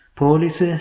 police